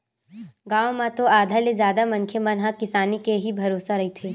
गाँव म तो आधा ले जादा मनखे मन ह किसानी के ही भरोसा रहिथे